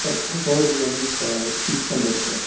sir whole bill வந்து இப்போ six hundred sir